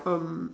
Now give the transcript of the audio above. um